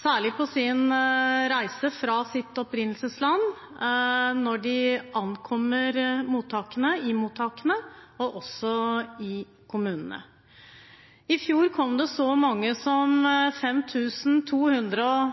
særlig på sin reise fra sitt opprinnelsesland, i mottakene når de ankommer dem, og også i kommunene. I fjor kom det faktisk 5 297.